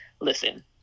listen